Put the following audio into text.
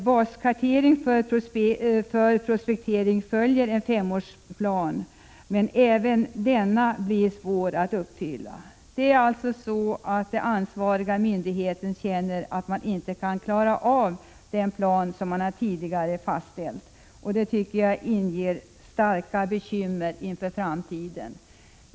”Baskartering för prospektering följer en femårsplan, men denna blir svår att uppfylla.” Den ansvariga myndigheten känner alltså att man inte kan klara av den plan som man tidigare har fastställt. Det tycker jag inger stora bekymmer för framtiden.